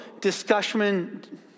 discussion